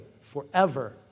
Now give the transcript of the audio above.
forever